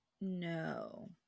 No